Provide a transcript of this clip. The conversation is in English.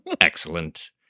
Excellent